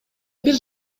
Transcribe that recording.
бир